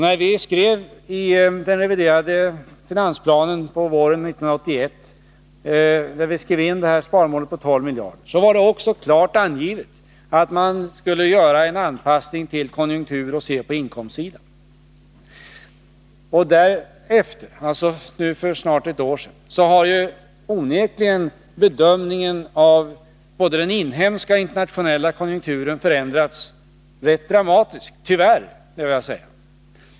När vi i den reviderade finansplanen våren 1981 skrev in sparmålet på 12 miljarder var det också klart angivet att vi skulle göra en anpassning efter konjunkturen och se på inkomstsidan. Sedan dess — detta var alltså för nu snart ett år sedan — har onekligen bedömningen av både den inhemska och den internationella konjunkturen förändrats rätt dramatiskt — tyvärr, måste jag säga.